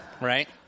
Right